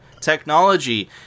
technology